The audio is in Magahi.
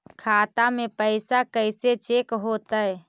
खाता में पैसा कैसे चेक हो तै?